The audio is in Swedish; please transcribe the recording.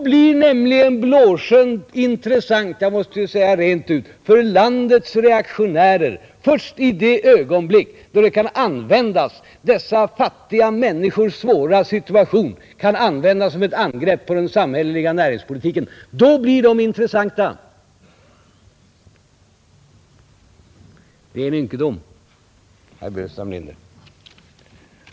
Blåsjön blir intressant — jag måste säga det rent ut — för landets reaktionärer först i det ögonblick då dessa fattiga människors svåra situation kan användas för ett angrepp på den samhälleliga näringspolitiken. Det är en ynkedom, herr Burenstam Linder.